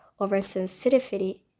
oversensitivity